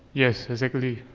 yes, exactly.